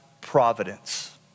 providence